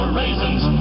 raisins